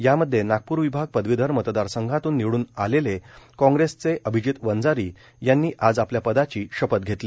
यामध्ये नागपूर विभाग पदवीधर मतदारसंघातून निवडून आलेले कॉग्रेसचे अभिजित वंजारी यांनी आज आपल्या पदाची शपथ घेतली